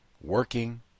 working